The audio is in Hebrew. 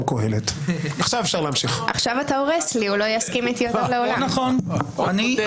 הגנה מלאה על זכויות אדם ויקבעו את כל זה גם